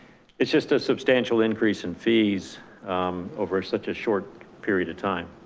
it's just a substantial increase in fees over such a short period of time.